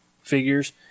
figures